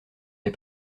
des